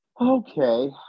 Okay